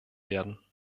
werden